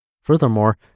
Furthermore